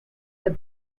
the